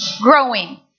growing